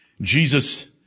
Jesus